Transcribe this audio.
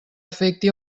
afecti